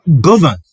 govern